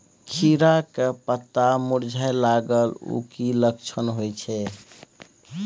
खीरा के पत्ता मुरझाय लागल उ कि लक्षण होय छै?